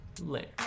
later